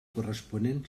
corresponent